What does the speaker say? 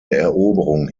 eroberung